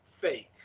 fake